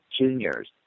juniors